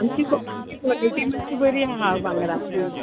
आमची आमची कॉलिटी मात्शी बरी आहा भांगराची